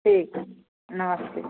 ठीक नमस्ते